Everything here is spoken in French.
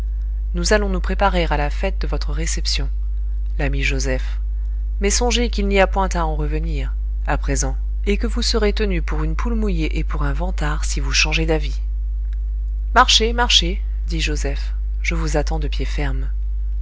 nous allons nous préparer à la fête de votre réception l'ami joseph mais songez qu'il n'y a point à en revenir à présent et que vous serez tenu pour une poule mouillée et pour un vantard si vous changez d'avis marchez marchez dit joseph je vous attends de pied ferme